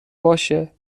باشه